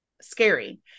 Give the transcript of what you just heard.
scary